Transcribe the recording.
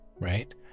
right